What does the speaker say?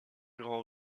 grand